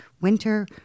Winter